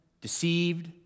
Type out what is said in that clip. deceived